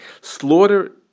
Slaughter